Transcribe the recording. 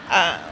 uh